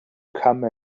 come